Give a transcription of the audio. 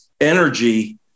energy